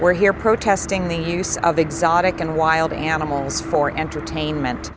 we're here protesting the use of exotic and wild animals for entertainment